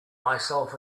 myself